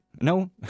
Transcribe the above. no